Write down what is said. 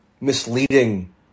misleading